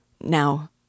Now